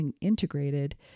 integrated